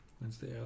Wednesday